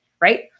Right